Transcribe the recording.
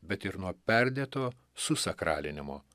bet ir nuo perdėto susakralinimo